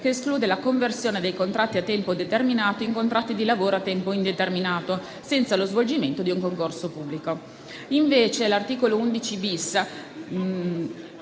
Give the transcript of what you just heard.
che esclude la conversione dei contratti a tempo determinato in contratti di lavoro a tempo indeterminato, senza lo svolgimento di un concorso pubblico. Si stabilisce